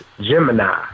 Gemini